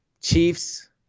Chiefs –